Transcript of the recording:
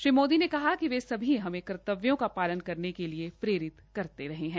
श्री मोदी ने कहा कि वे सभी हमें कर्तव्यों का पालन करने के लिए प्रेरित करते है